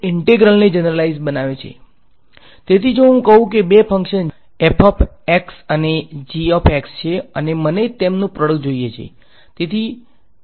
integral તેથી જો હું કહું કે બે ફંકશન્સ અને છે અને મને તેમનું પ્રોડક્ટ જોઈએ છે